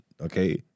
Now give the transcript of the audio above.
okay